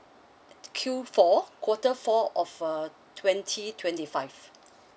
Q_four quarter four of uh twenty twenty five